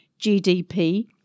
GDP